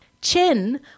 Chen